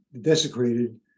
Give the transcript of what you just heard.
Desecrated